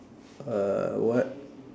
uh what